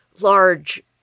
large